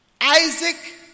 Isaac